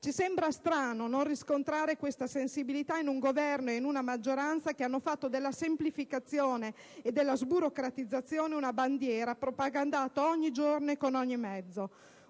Ci sembra strano non riscontrare questa sensibilità in un Governo e in una maggioranza che hanno fatto della semplificazione e della sburocratizzazione una bandiera, propagandata ogni giorno e con ogni mezzo.